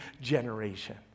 generation